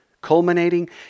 culminating